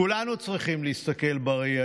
כולנו צריכים להסתכל בראי,